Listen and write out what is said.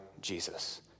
Jesus